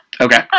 Okay